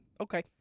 Okay